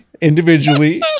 individually